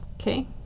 Okay